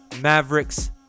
Mavericks